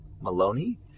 Maloney